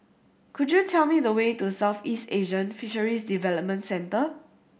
could you tell me the way to Southeast Asian Fisheries Development Centre